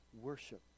worship